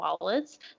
wallets